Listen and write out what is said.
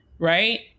Right